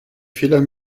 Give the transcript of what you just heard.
fehler